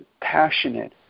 passionate